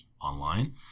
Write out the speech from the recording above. online